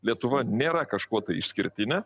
lietuva nėra kažkuo tai išskirtinė